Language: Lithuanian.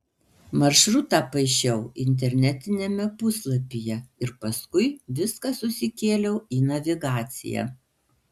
maršrutą paišiau internetiniame puslapyje ir paskui viską susikėliau į navigaciją